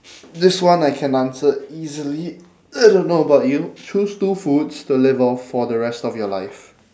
this one I can answer easily I don't know about you choose two foods to live off for the rest of your life